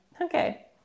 Okay